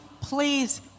please